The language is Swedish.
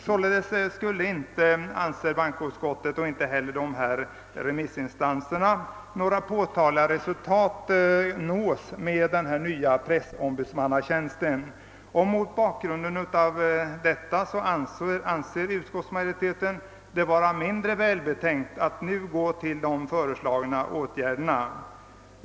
Således skulle enligt dessa remissinstansers och även bankoutskottets mening inte några påtagliga resultat nås genom inrättandet av en pressombudsmannatjänst. Mot bakgrunden av detta anser utskottsmajoriteten det vara mindre välbetänkt att nu besluta om den föreslagna åtgärden.